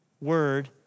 word